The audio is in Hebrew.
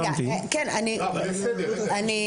אני